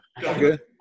good